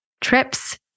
trips